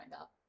up